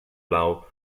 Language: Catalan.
blau